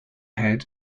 head